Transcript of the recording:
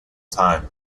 time